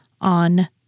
on